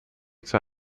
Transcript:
zur